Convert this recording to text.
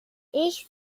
ich